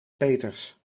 peeters